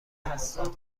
هستم